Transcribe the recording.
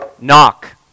knock